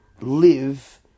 live